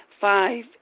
Five